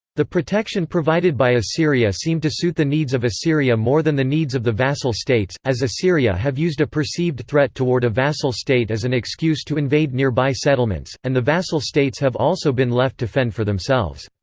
the protection provided by assyria seemed to suit the needs of assyria more than the needs of the vassal states, as assyria have used a perceived threat toward a vassal state as an excuse to invade nearby settlements, and the vassal states have also been left to fend for themselves.